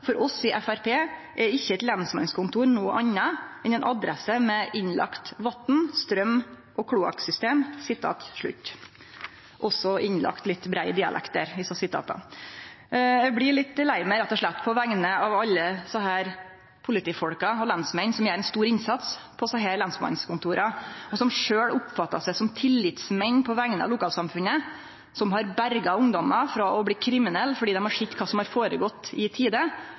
oss i Fremskrittspartiet er ikke et lensmannskontor annet enn en adresse, med innlagt vann, strøm og kloakksystem.» Eg blir litt lei meg, rett og slett, på vegner av alle dei politifolka og lensmennene som gjer ein stor innsats på desse lensmannskontora, som sjølve oppfattar seg som tillitsmenn på vegner av lokalsamfunnet, som har berga ungdommar frå å bli kriminelle fordi dei har sett kva som har gått føre seg, i